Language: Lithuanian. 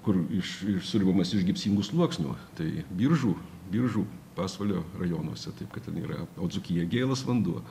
kur iš išsiurbimas iš gipsingų sluoksnių tai biržų biržų pasvalio rajonuose taip kad ten yra o dzūkija gėlas vanduo